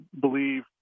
believe